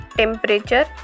temperature